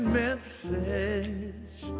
message